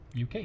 uk